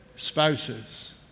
spouses